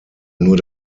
nur